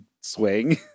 swing